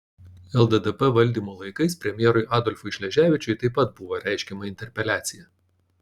lddp valdymo laikais premjerui adolfui šleževičiui taip pat buvo reiškiama interpeliacija